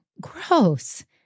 gross